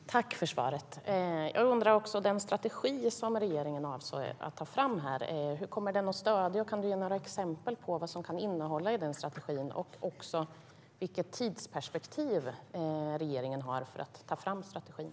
Herr talman! Tack för svaret! Jag undrar också: Den strategi som regeringen avser att ta fram, hur kommer den att stödja? Kan statsrådet ge några exempel på vad den strategin kan innehålla? Vilket tidsperspektiv har regeringen för att ta fram strategin?